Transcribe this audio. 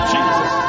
Jesus